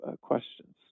questions